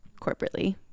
corporately